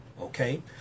okay